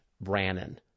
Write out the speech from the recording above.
Brannon